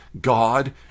God